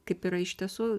kaip yra iš tiesų